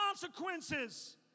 consequences